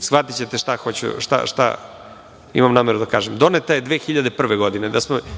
shvatićete šta imam nameru da kažem. Doneta je 2001. godine.